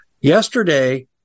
Yesterday